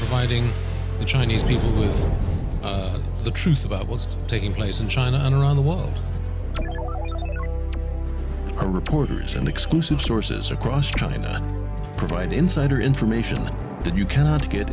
fighting the chinese people is the truth about what's taking place in china and around the world are reporters and exclusive sources across china provide insider information that you cannot get